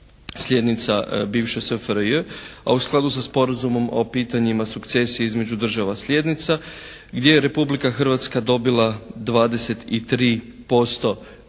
slijednica bivše SFRJ a u skladu sa sporazumom o pitanjima sukcesije između država slijednica gdje je Republika Hrvatska dobila 23% od